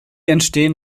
entstehen